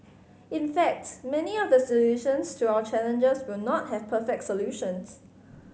in fact many of the solutions to our challenges will not have perfect solutions